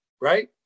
right